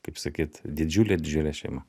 kaip sakyt didžiulė didžiulė šeima